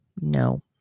No